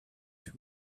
two